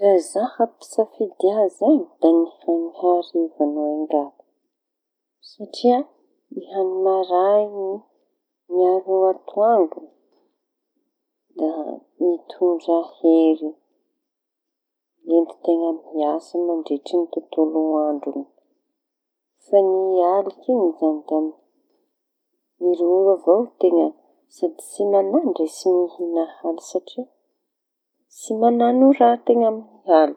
Raha zaho ampisafidiña zañy da ny hañi hariva no engako satria ny hañi marai miaro atoandro da mitondra hery amin'ny teña miasa mandritry ny tontolo andro iñy. Fa ny alikiñy zañy da miroro avao teña sady tsy mañahy ndre tsy mihiña. Tsy mañano raha teña ny aliñy.